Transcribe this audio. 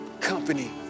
company